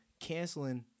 canceling